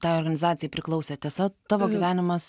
tai organizacijai priklausė tiesa tavo gyvenimas